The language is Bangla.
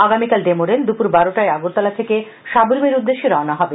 আগামীকাল ডেমো রেল দুপুর বারটায় আগরতলা থেকে সাক্রমের উদ্দেশ্যে রওনা হবে